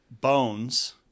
bones